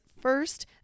first